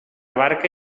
barca